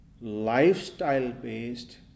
lifestyle-based